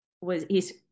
was—he's